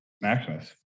Maximus